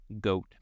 goat